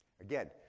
Again